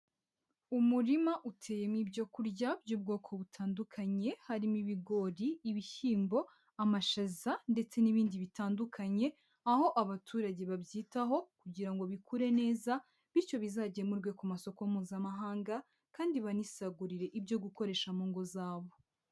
Umurima uteyemo ibyo kurya by'ubwoko butandukanye, harimo ibigori, ibishyimbo, amashaza ndetse n'ibindi bitandukanye, aho abaturage babyitaho kugira ngo bikure neza, bityo bizagemurwe ku masoko mpuzamahanga kandi banisagurire ibyo gukoresha mu ngo zabo.